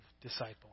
disciple